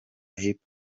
hip